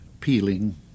peeling